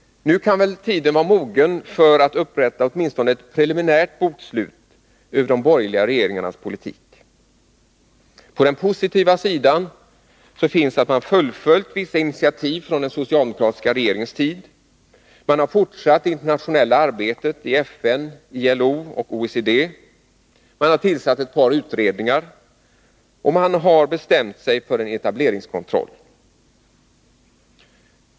Nu kan väl tiden vara mogen att upprätta åtminstone ett preliminärt bokslut över de borgerliga regeringarnas politik på detta område. På den positiva sidan finns det faktum att man fullföljt vissa initiativ från den socialdemokratiska regeringens tid: Man har fortsatt det internationella arbetet i FN, ILO och OECD, man har tillsatt ett par utredningar, och man har bestämt sig för en etableringskontroll.